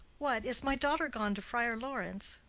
what, is my daughter gone to friar laurence?